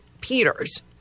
Peters